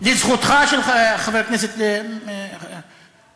לזכותך, חבר הכנסת פרץ.